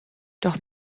doch